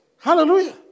Hallelujah